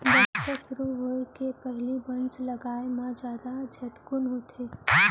बरसा सुरू होए के पहिली बांस लगाए म जादा झटकुन होथे